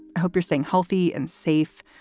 hope you're staying healthy and safe.